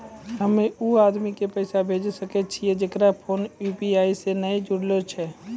हम्मय उ आदमी के पैसा भेजै सकय छियै जेकरो फोन यु.पी.आई से नैय जूरलो छै?